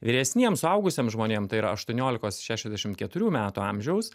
vyresniem suaugusiem žmonėm tai yra aštuoniolikos šešiasdešimt keturių metų amžiaus